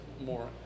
more